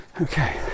Okay